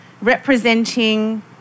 representing